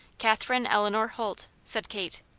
katherine eleanor holt, said kate.